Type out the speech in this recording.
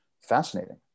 fascinating